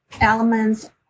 elements